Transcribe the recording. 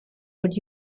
would